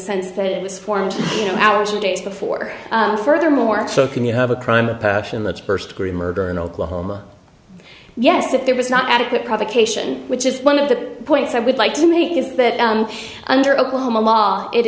sense that it was formed hours or days before furthermore so can you have a crime of passion that's burst green murder in oklahoma yes if there was not adequate provocation which is one of the points i would like to make is that under oklahoma law it